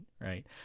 right